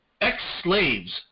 ex-slaves